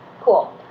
cool